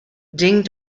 ding